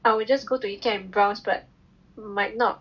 I will just go to Ikea and browse but might not